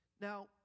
Now